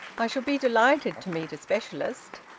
i shall be delighted to meet a specialist.